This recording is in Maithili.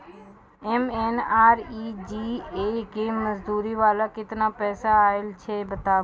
एम.एन.आर.ई.जी.ए के मज़दूरी वाला केतना पैसा आयल छै बताबू?